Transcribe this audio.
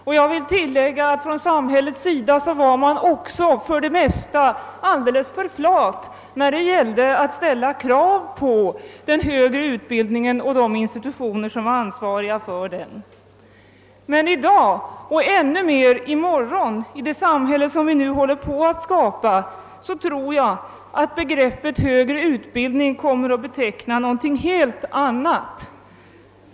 Och jag vill tillägga att man från samhällets sida för det mesta var alldeles för flat när det gällde att ställa krav på den högre utbildningen och på de institutioner som var ansvariga för den. Men i dag — och ännu mer i morgon, i det samhälle som vi nu "håller på att skapa — tror jag att begreppet högre utbildning kommer att beteckna något helt annat.